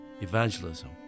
Evangelism